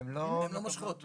הן לא מושכות בכלל.